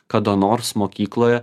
kada nors mokykloje